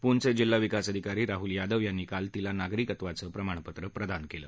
पूछचे जिल्हाविकास अधिकारी राहुल यादव यांनी काल तिला नागरिकत्वाचं प्रमाणपत्र प्रदान केलं